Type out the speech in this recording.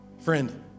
friend